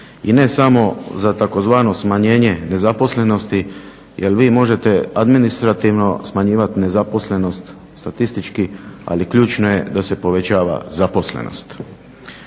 i ne samo za tzv. smanjenje nezaposlenosti jer vi možete administrativno smanjivati nezaposlenost, statistički, ali ključno je da se povećava zaposlenost.